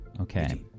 Okay